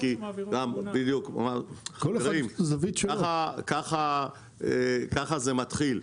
חברים, ככה זה מתחיל.